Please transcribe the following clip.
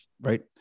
right